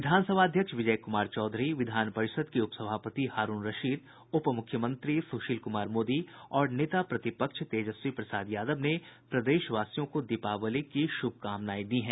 विधानसभा अध्यक्ष विजय कुमार चौधरी विधान परिषद के उपसभापति हारूण रशीद उपमुख्यमंत्री सुशील कुमार मोदी और नेता प्रतिपक्ष तेजस्वी प्रसाद यादव ने प्रदेशवासियों को दीपावली की शुभकामनाएं दी हैं